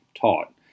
taught